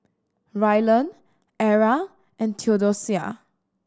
Rylan Era and Theodosia